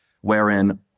wherein